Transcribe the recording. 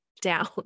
down